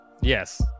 Yes